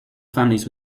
families